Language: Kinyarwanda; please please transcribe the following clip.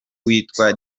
witwa